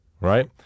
Right